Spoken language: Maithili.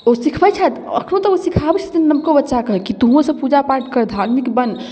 ओ सिखबैत छथि आ एखनहुँ तक ओ सिखाबैत छथिन नवको बच्चाकेँ कि तूँहोसभ पूजा पाठ कर धार्मिक बन